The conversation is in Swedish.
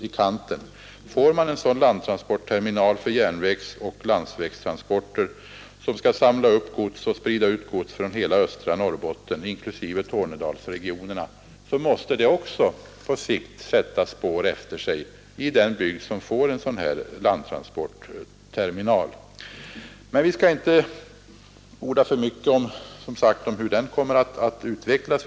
Tillkomsten av en sådan landtransportterminal för järnvägsoch landsvägstransporter, som skall samla upp och sprida ut gods från hela östra Norrbotten inklusive Tornedalsregionerna, måste på sikt sätta spår efter sig i den bygd som får den terminalen. Men vi skall inte orda för mycket om hur den kommer att utvecklas.